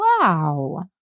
Wow